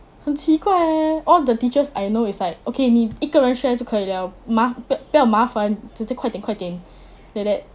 很奇怪 eh the teachers I know is like okay 你一个人 share 就可以了麻不要麻烦直接快点快点 like that